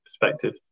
perspective